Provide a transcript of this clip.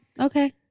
okay